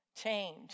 change